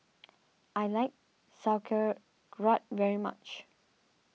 I like Sauerkraut very much